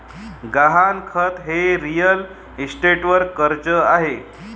गहाणखत हे रिअल इस्टेटवर कर्ज आहे